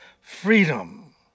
freedom